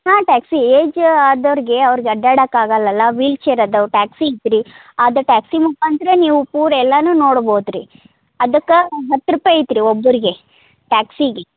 ಹಾಂ taxi age ಆದವ್ರಿಗೆ ಅವ್ರ್ಗೆ ಅಡ್ಡಾಡೋಕೆ ಆಗಲ್ಲಲ್ಲ ವೀಲ್ ಚೇರ್ ಅದಾವ ಟ್ಯಾಕ್ಸಿ ಐತ್ರಿ ಅದು ಟ್ಯಾಕ್ಸಿ ಮುಖಾಂತರ ನೀವು ಪೂರ ಎಲ್ಲನೂ ನೋಡ್ಬೋದು ರೀ ಅದಕ್ಕೆ ಒಂದು ಹತ್ತು ರೂಪಾಯಿ ಐತ್ರಿ ಒಬ್ಬರಿಗೆ ಟ್ಯಾಕ್ಸಿಗೆ